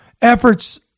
efforts